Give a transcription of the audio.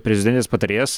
prezidentės patarėjas